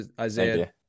Isaiah